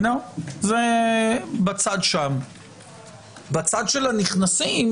בצד של הנכנסים